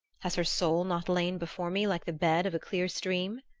has her soul not lain before me like the bed of a clear stream?